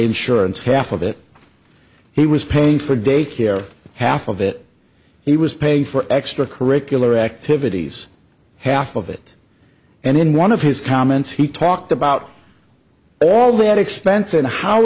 insurance half of it he was paying for daycare half of it he was paying for extra curricular activities half of it and in one of his comments he talked about all that expens